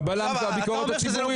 הבלם הוא הביקורת השיפוטית.